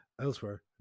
Elsewhere